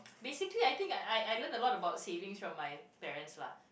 basically I think I I learn a lot about savings from my parents lah